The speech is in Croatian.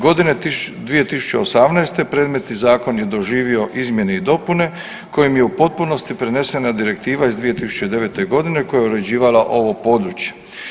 Godine 2018. predmetni zakon je doživio izmjene i dopune kojim je u potpunosti prenesena direktiva iz 2009.g. koja je uređivala ovo područje.